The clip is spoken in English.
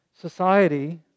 Society